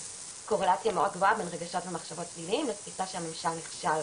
קורלציה מאוד גבוהה בין רגשות ומחשבות שליליים לתפיסה שהממשל נכשל